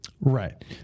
Right